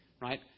right